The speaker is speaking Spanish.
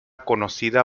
conocida